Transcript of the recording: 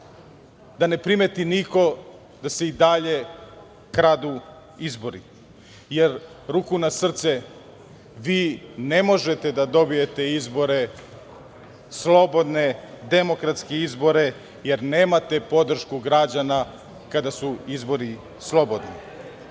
da ne primeti niko da se i dalje kradu izbori, jer ruku na srce, vi ne možete da dobijete izbore slobodne, demokratske izbore, jer nemate podršku građana kada su izbori slobodni. Hteo